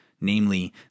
namely